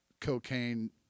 cocaine